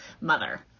mother